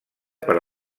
per